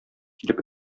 килеп